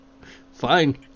fine